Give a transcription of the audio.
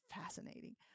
fascinating